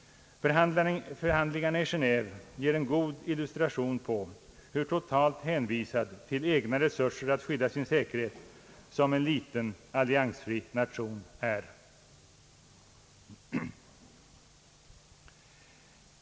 Förhandlingarna i Geneve ger en god illustration av hur totalt hänvisad till egna resurser att skydda sin säkerhet en liten alliansfri nation är.